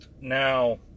Now